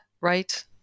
right